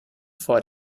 vor